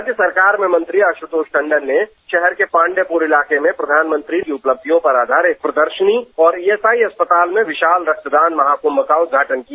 राज्य सरकार में मंत्री आश्रतोष टंडन ने शहर के पांडेयपूर इलाके में प्रधानमंत्री की उपलब्धियों पर आधारित प्रदर्शनी और ईएसआई अस्पताल में विशाल रक्तदान महाकुंभ का उद्घाटन किया